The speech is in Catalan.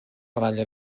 ratlla